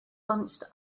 bunched